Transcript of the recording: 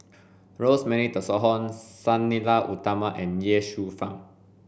Rosemary Tessensohn Sang Nila Utama and Ye Shufang